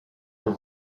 were